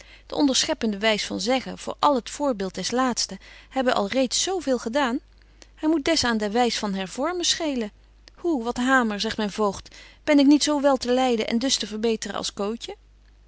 de onderscheppende wys van zeggen voor al het voorbeeld des laatsten hebben al reeds zo veel gedaan het moet des aan de wys van hervorbetje wolff en aagje deken historie van mejuffrouw sara burgerhart men schelen hoe wat hamer zegt myn voogd ben ik niet zo wel te leiden en dus te verbeteren als